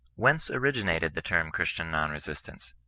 whence originated the term christian non-resistanee?